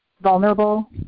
vulnerable